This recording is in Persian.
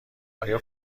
آیا